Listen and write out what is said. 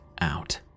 out